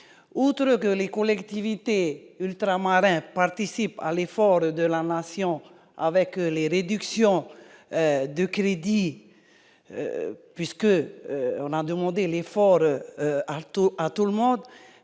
outre que les collectivités ultra-marins participent à l'effort de la mention avec les réductions de crédits, puisque on demandé l'effort à tout à tout